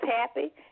happy